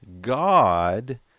God